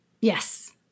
Yes